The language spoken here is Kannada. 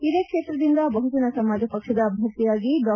ಇದೇ ಕ್ಷೇತ್ರದಿಂದ ಬಹುಜನ ಸಮಾಜ ಪಕ್ಷದ ಅಭ್ಯರ್ಥಿಯಾಗಿ ಡಾ